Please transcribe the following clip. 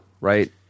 Right